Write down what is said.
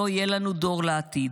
לא יהיה לנו דור עתיד,